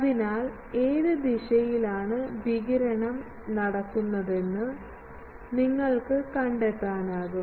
അതിനാൽ ഏത് ദിശയിലാണ് വികിരണം നടക്കുന്നതെന്ന് നിങ്ങൾക്ക് കണ്ടെത്താനാകും